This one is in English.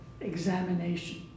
examination